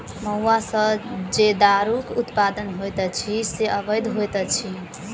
महुआ सॅ जे दारूक उत्पादन होइत अछि से अवैध होइत अछि